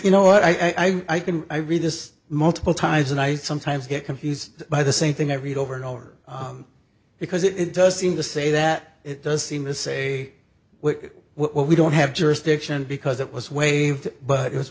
you know what i can i read this multiple times and i sometimes get confused by the same thing i've read over and over because it does seem to say that it does seem to say we don't have jurisdiction because it was waived but it was